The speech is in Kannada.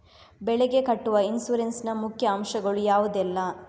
ಬೆಳೆಗೆ ಕಟ್ಟುವ ಇನ್ಸೂರೆನ್ಸ್ ನ ಮುಖ್ಯ ಅಂಶ ಗಳು ಯಾವುದೆಲ್ಲ?